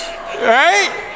right